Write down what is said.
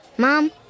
Mom